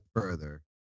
further